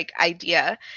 idea